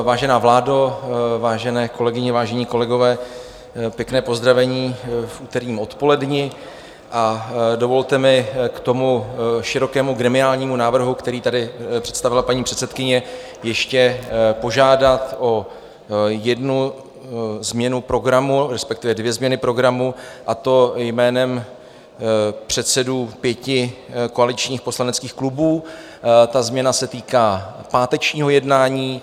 Vážená vládo, vážené kolegové, vážení kolegové, pěkné pozdravení v úterním odpoledni a dovolte mi k tomu širokému gremiálnímu návrhu, který tady představila paní předsedkyně, ještě požádat o jednu změnu programu, respektive dvě změny programu, a to jménem předsedů pěti koaličních poslaneckých klubů ta změna se týká pátečního jednání.